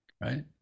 right